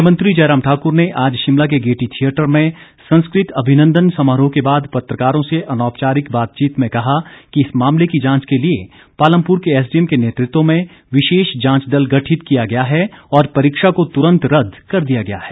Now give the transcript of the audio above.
मुख्यमंत्री जयराम ठाकुर ने आज शिमला के गेयटी थियेटर में संस्कृत अभिनंदन समारोह के बाद पत्रकारों से अनौपचारिक बातचीत में कहा कि इस मामेल की जांच के लिए पालमपुर के एसडीएम के नेतृत्व में विशेष जांच दल गठित किया गया है और परीक्षा को तुरंत रद्द कर दिया गया है